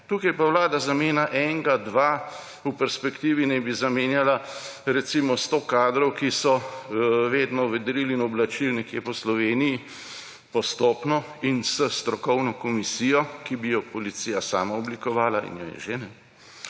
Tukaj pa Vlada zamenja enega, dva, v perspektivi naj bi zamenjala recimo 100 kadrov, ki so vedno vedrili in oblačili nekje po Sloveniji, postopno in s strokovno komisijo, ki bi jo policija sama oblikovala in jo je že, je